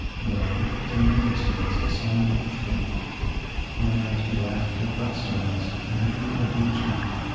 then to men delssohn's sommemachtstraum one night we laughed at buckstone's andrew aguecheek,